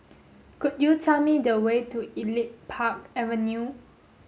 could you tell me the way to Elite Park Avenue